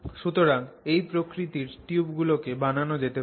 সুতরাং এই প্রকৃতির টিউব গুলোকে বানানো যেতে পারে